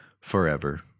forever